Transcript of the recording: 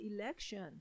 election